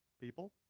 people